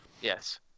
Yes